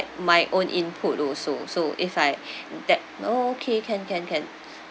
my own input also so if I that oh okay can can can